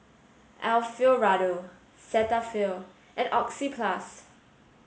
Alfio Raldo Cetaphil and Oxyplus